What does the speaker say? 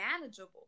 manageable